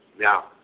Now